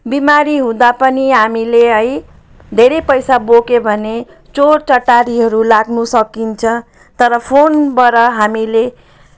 बिमारी हुँदा पनि हामीले है धेरै पैसा बोक्यौँ भने चोरचकारीहरू लाग्नु सकिन्छ तर फोनबाट हामीले